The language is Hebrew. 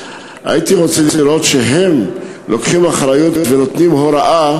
הייתי רוצה לראות שהם לוקחים אחריות ונותנים הוראה